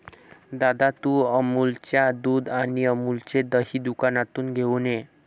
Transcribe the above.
दादा, तू अमूलच्या दुध आणि अमूलचे दही दुकानातून घेऊन ये